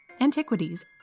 antiquities